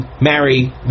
marry